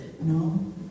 No